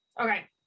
Okay